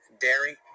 dairy